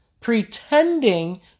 Pretending